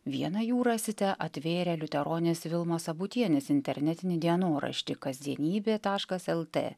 vieną jų rasite atvėrę liuteronės vilmos sabutienės internetinį dienoraštį kasdienybė taškas lt